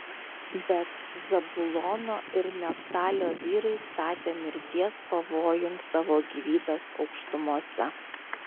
bet zabulono ir neftalio vyrai statė mirties pavojun savo gyvybes aukštumose